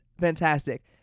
fantastic